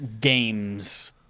games